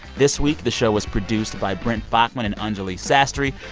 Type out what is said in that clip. this week the show was produced by brent baughman and anjuli sastry.